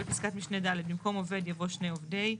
בפסקת משנה ד', במקום "עובד" יבוא "שני עובדי".